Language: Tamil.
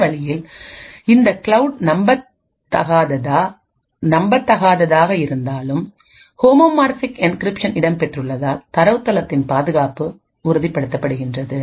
இந்த வழியில் இந்த கிளவுட் நம்பத்தகாததாக இருந்தாலும்ஹோமோமார்பிக் என்கிரிப்ஷன் இடம்பெற்றுள்ளதால் தரவுத்தளத்தின் பாதுகாப்பு உறுதிப்படுத்தப்படுகின்றது